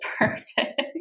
perfect